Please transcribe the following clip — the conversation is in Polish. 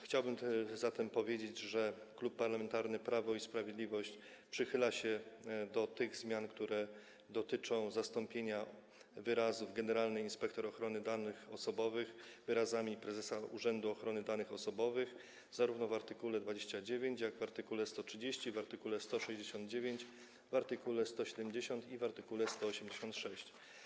Chciałbym zatem powiedzieć, że Klub Parlamentarny Prawo i Sprawiedliwość przychyla się do tych zmian, które dotyczą zastąpienia wyrazów: Generalny Inspektor Ochrony Danych Osobowych wyrazami: Prezes Urzędu Ochrony Danych Osobowych zarówno w art. 29, jak i w art. 130, w art. 169, w art. 170 i w art. 186.